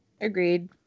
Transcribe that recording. Agreed